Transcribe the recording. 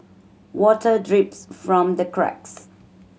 water drips from the cracks